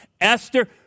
Esther